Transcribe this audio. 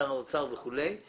שר האוצר וכולי,